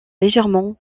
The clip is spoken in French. légèrement